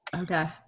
okay